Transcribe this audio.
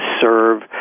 serve